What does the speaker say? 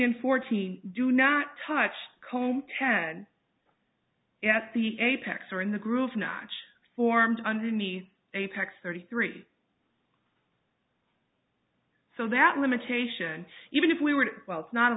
and fourteen do not touch comb head at the apex or in the grooves notch forms underneath apex thirty three so that limitation even if we were well it's not a